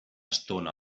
estona